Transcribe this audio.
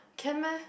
can meh